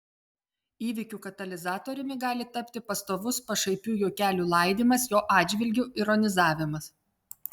įvykių katalizatoriumi gali tapti pastovus pašaipių juokelių laidymas jo atžvilgiu ironizavimas